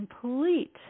complete